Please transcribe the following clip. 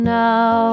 now